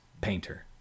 Painter